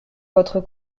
votre